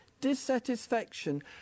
dissatisfaction